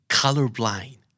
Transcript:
colorblind